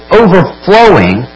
overflowing